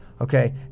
Okay